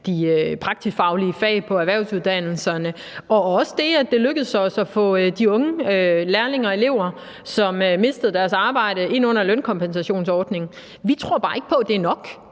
de praktisk-faglige fag på erhvervsuddannelserne og også det, at det er lykkedes os at få de unge lærlinge og elever, som mistede deres arbejde, ind under lønkompensationsordningen. Vi tror bare ikke på, at det er nok.